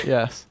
Yes